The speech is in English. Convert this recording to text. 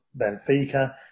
Benfica